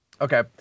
Okay